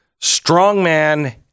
strongman